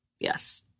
Yes